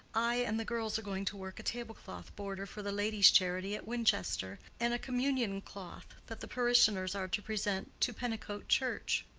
i and the girls are going to work a table-cloth border for the ladies' charity at winchester, and a communion cloth that the parishioners are to present to pennicote church.